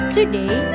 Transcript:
Today